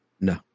No